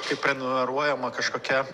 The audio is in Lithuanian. kaip prenumeruojama kažkokia